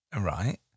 Right